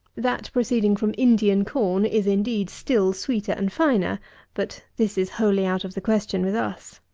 that proceeding from indian corn is, indeed, still sweeter and finer but this is wholly out of the question with us.